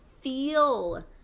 feel